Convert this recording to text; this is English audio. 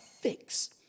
fix